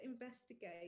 investigate